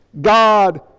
God